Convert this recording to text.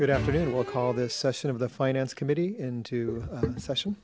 good afternoon we'll call this session of the finance committee into session